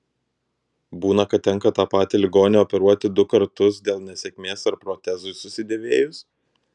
būna kad tenka tą patį ligonį operuoti du kartus dėl nesėkmės ar protezui susidėvėjus